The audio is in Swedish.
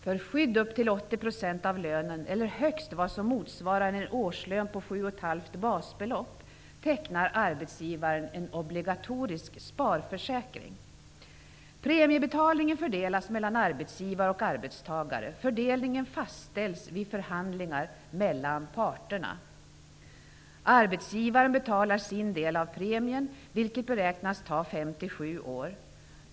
För skydd upp till 80 % av lönen eller högst vad som motsvarar en årslön på 7,5 basbelopp tecknar arbetsgivaren en obligatorisk sparförsäkring. Arbetsgivaren betalar sin del av premien, vilket beräknas ta 5--7 år.